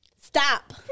Stop